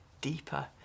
deeper